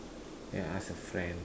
then I ask a friend